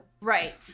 Right